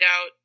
out